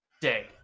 day